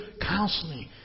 counseling